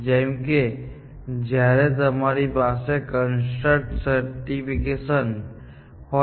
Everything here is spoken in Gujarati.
જેમ કે જ્યારે તમારી પાસે કન્સ્ટ્રેન્ટ સેટિસફેકશન હોય